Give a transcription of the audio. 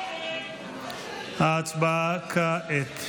ההצבעה כעת.